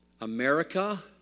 America